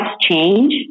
change